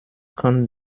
kann